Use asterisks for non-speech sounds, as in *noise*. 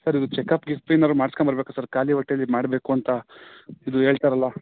sir ಇದು checkup *unintelligible* ಏನಾದ್ರು ಮಾಡ್ಸ್ಕೊಂಬರ್ಬೇಕ ಸರ್ ಖಾಲಿ ಹೊಟ್ಟೇಲ್ಲಿ ಇದು ಮಾಡಬೇಕು ಅಂತ ಇದು ಹೇಳ್ತಾರಲ